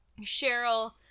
Cheryl